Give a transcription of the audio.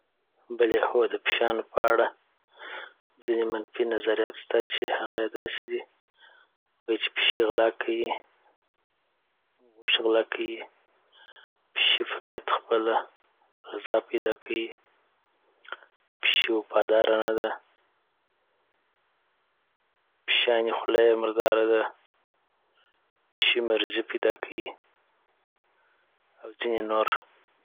.بلی هو دپېشيانو په اړه ځیني منفي نظریات سته .چی هغه یی داسی دی .وایی چی پېشې غلا کيی .غوښې غلاکيی، پېشې فقط خپله غذا پیداکيی .پېښې وفاداره نده .پېشېاني خوله یی مرداره ده .پېشې مریضې پیداکيي او ځينې نور